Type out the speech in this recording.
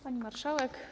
Pani Marszałek!